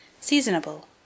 Seasonable